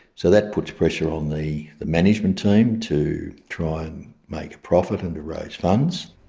so that puts pressure on the management team to try and make a profit and to raise funds.